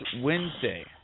Wednesday